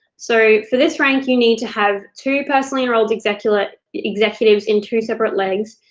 so, for this rank, you need to have two personally enrolled executives but executives in two separate legs,